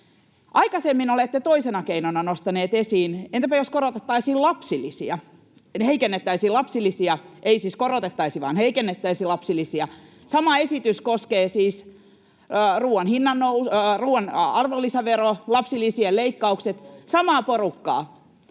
Aikaisemmin olette toisena keinona nostaneet esiin, että entäpä jos heikennettäisiin lapsilisiä, ei siis korotettaisi vaan heikennettäisiin lapsilisiä. Sama esitys koskee siis ruoan arvonlisäveroa, lapsilisien leikkauksia, samaa porukkaa.